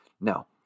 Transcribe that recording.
Now